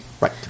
right